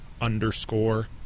underscore